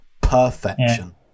Perfection